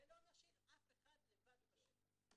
ולא נשאיר אף אחד לבד בשטח.